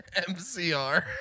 MCR